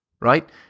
right